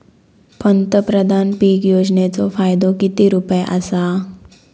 पंतप्रधान पीक योजनेचो फायदो किती रुपये आसा?